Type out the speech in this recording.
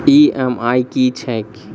EMI की छैक?